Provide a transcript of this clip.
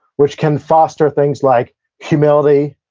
which can foster things like humility,